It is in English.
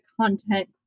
content